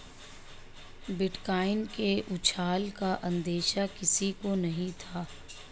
bitcoin के उछाल का अंदेशा किसी को नही था